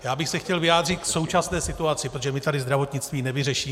Já bych se chtěl vyjádřit k současné situaci, protože my tady zdravotnictví nevyřešíme.